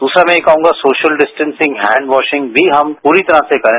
दूसरा मैं यह कहूंगा कि सोशल डिस्टैंसिंग हैंडवाशिंग भी हम पूरी तरह से करें